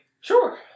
Sure